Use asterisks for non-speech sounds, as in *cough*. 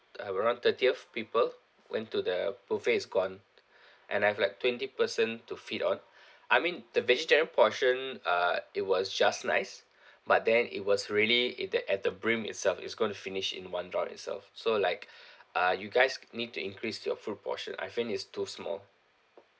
uh we're around thirtieth people went to the buffet is gone *breath* and I have like twenty person to feed on *breath* I mean the vegetarian portion uh it was just nice *breath* but then it was really in the at the brim itself it's gonna finish in one draw itself so like *breath* uh you guys need to increase your food portion I think it's too small